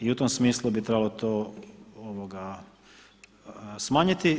I u tom smislu bi trebalo to smanjiti.